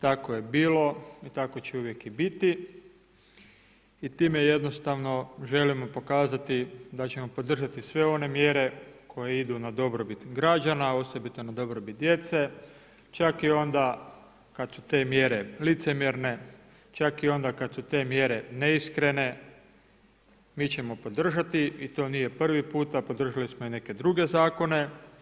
Tako je bilo i tako će uvijek i biti i time jednostavno želimo pokazati da ćemo podržati sve one mjere koje idu na dobrobit građana, osobito na dobrobit djece čak i onda kada su te mjere licemjerne, čak i onda kada su te mjere neiskrene, mi ćemo podržati i to nije prvi puta, podržali smo i neke druge zakone.